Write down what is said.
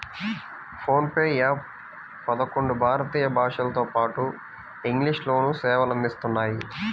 phone pay app పదకొండు భారతీయ భాషలతోపాటు ఇంగ్లీష్ లోనూ సేవలు అందిస్తున్నాయి